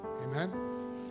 amen